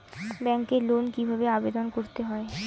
ব্যাংকে লোন কিভাবে আবেদন করতে হয়?